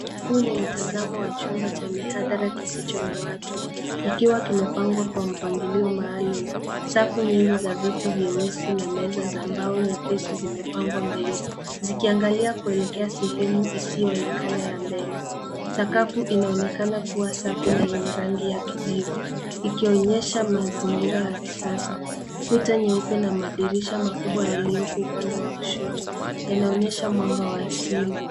Huu ni mtazamo wa chumba cha mihadhara kisicho na watu. Kikiwa kimepangwa kwa mpangilo maalum safu nyingi za viti vyeusi na meza za mbao nyepesi zimepangwa mbele. Zikiangalia kuelekea sehemu isiyoonekana ya mbele. Sakafu inaonekana kuwa safi na yenye rangi ya kijivu, ikionyesha mazingira ya kisasa. Kuta nyeupe na madirisha makubwa yaliyopo upande wa kushoto, yanaonyesha mwanga wa asili.